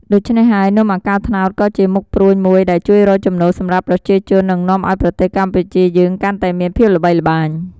ដូច្នេះហើយនំអាកោត្នោត ក៏ជាមុខព្រួញមួយដែលជួយរកចំណូលសម្រាប់ប្រជាជន និងនាំឱ្យប្រទេសកម្ពុជាយើងកាន់តែមានភាពល្បីល្បាញ។